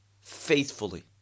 faithfully